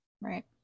Right